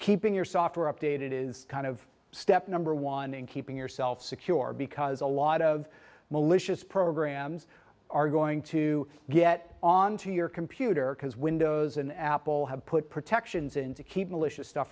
keeping your software updated is kind of step number one in keeping yourself secure because a lot of malicious programs are going to get onto your computer because windows and apple have put protections in